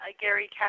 Gary